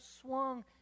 swung